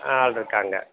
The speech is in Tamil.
ஆள் இருக்காங்க